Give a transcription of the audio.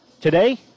today